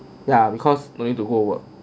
ya because no need to go work